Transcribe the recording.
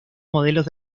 modelos